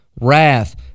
wrath